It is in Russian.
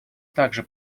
также